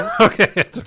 Okay